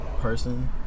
person